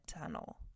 tunnel